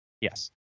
Yes